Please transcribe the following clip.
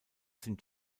sind